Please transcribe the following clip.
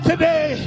today